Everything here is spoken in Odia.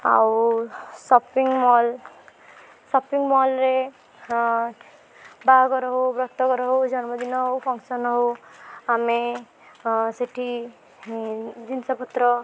ଆଉ ସପିଂ ମଲ୍ ସପିଂ ମଲ୍ରେ ବାହାଘର ହେଉ ବ୍ରତଘର ହେଉ ଜନ୍ମଦିନ ହେଉ ଫଂକ୍ସନ୍ ହେଉ ଆମେ ସେଠି ଜିନିଷ ପତ୍ର